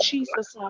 Jesus